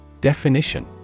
Definition